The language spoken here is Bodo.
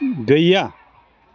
गैया